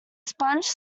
sponge